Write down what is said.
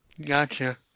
Gotcha